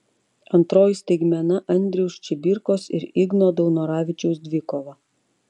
antroji staigmena andriaus čibirkos ir igno daunoravičiaus dvikova